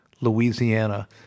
Louisiana